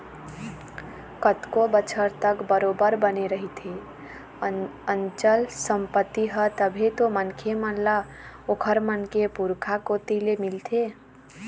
कतको बछर तक बरोबर बने रहिथे अचल संपत्ति ह तभे तो मनखे मन ल ओखर मन के पुरखा कोती ले मिलथे